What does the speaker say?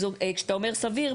כשאתה אומר סביר,